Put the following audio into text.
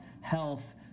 health